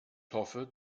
hoffe